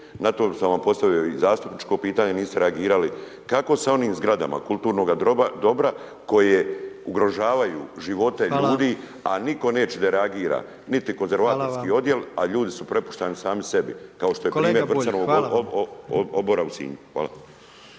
na to sam vam postavio i zastupničko pitanje, niste reagirali, kako sa onim zgradama kulturnoga dobra koje ugrožavaju živote ljudi, a nitko neće da reagira? Niti konzervatorski odjel, a ljudi su prepušteni sami sebi. **Jandroković, Gordan (HDZ)** Kolega